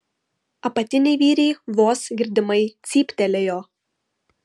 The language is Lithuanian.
apatiniai vyriai vos girdimai cyptelėjo